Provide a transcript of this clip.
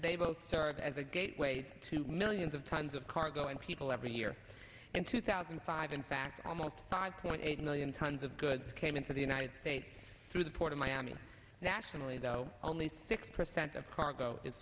they both serve as a gateway to millions of tons of cargo and people every year in two thousand and five in fact almost five point eight million tons of goods came into the united states through the port of miami nationally though only six percent of cargo i